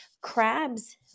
crabs